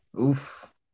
Oof